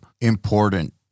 important